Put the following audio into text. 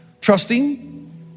trusting